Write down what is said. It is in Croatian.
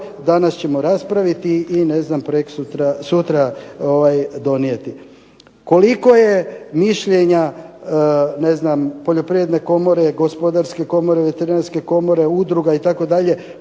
danas ćemo raspraviti i ne znam sutra donijeti. Koliko je mišljenja poljoprivredne komore, Gospodarske komore, Veterinarske komore, udruga itd.,